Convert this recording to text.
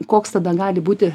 koks tada gali būti